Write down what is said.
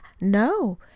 no